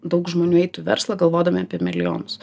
daug žmonių eitų verslą galvodami apie milijonus